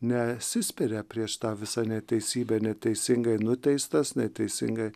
nesispiria prieš tą visą neteisybę neteisingai nuteistas neteisingai